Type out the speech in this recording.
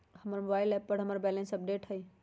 हमर mobile app पर हमर बैलेंस अपडेट न हई